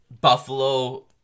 Buffalo